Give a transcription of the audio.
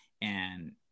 And-